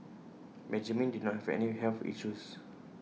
Benjamin did not have any health issues